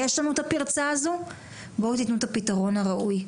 יש לנו את הפרצה הזו, בואו תתנו את הפתרון הראוי.